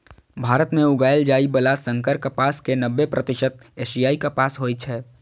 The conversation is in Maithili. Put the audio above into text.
भारत मे उगाएल जाइ बला संकर कपास के नब्बे प्रतिशत एशियाई कपास होइ छै